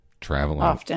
Traveling